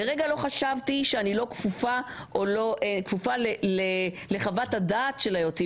לרגע לא חשבתי שאני לא כפופה לחוות הדעת של היועצים